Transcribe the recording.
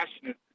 passionate